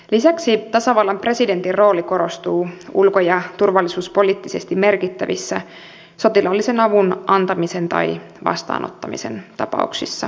lisäksi tasavallan presidentin rooli korostuu ulko ja turvallisuuspoliittisesti merkittävissä sotilaallisen avun antamisen tai vastaanottamisen tapauksissa